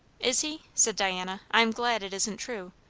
is he? said diana. i am glad it isn't true.